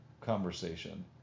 conversation